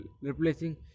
replacing